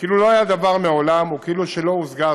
כאילו לא היה דבר מעולם וכאילו לא הושגה הסכמה.